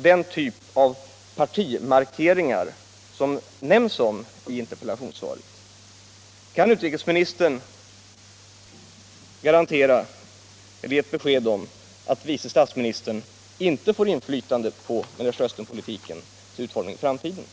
den typ av partimarkeringar görs som nämns i interpellationssvaret? Kan utrikesministern ge ett besked om att vice statsministern inte får inflytande på Mellersta Östern-politikens utformning i framtiden?